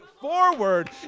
forward